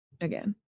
again